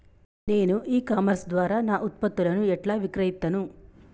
నేను e commerce ద్వారా నా ఉత్పత్తులను ఎట్లా విక్రయిత్తను?